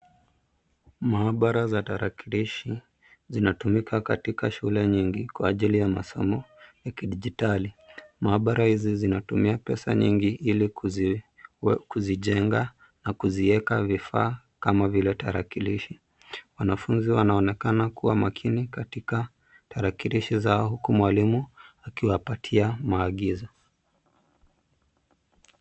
Maabara za tarakilishi, zinatumika katika shule nyingi, kwa ajili ya masomo ya kidijitali. Maabara hizi zinatumia pesa nyingi, ili kuzijenga na kuzieka vifaa kama vile tarakilishi. Wanafunzi wanaonekana kua makini katika tarakilishi zao, huku mwalimu akiwapatia maagizo.